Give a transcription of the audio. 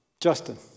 Justin